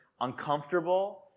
uncomfortable